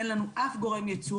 אין לנו אף גורם ייצור,